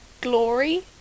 glory